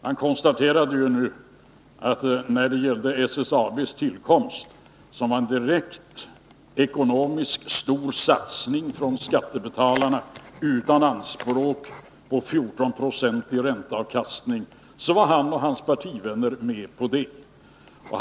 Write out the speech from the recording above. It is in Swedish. Han konstaterade ju nyss när det gällde SSAB:s tillkomst — en direkt ekonomisk storsatsning från skattebetalarna som gjordes utan anspråk på en 14-procentig ränteavkastning — att han och hans partivänner var med på att så skedde.